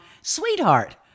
Sweetheart